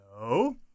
No